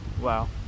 Wow